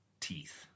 teeth